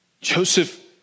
Joseph